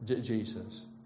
Jesus